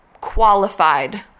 qualified